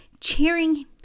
cheering